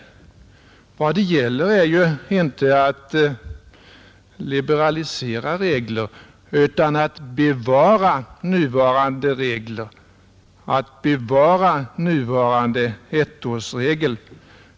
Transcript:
Vad det rör sig om är inte att liberalisera regler utan att bevara nuvarande regler — att bevara den nuvarande ettårsregeln.